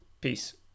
peace